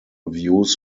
views